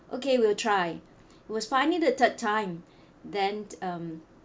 okay we'll try it was finally the third time then um